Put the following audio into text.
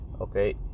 okay